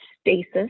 stasis